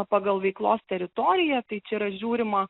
pagal veiklos teritoriją tai čia yra žiūrima